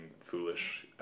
foolish